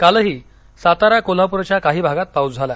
कालही सातारा कोल्हापुरच्या काही भागात मोठा पाऊस झाला